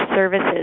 services